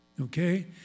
Okay